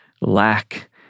lack